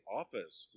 office